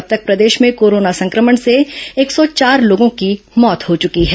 अब तक प्रदेश में कोरोना संक्रमण से एक सौ चार लोगों की मौत हो चुकी है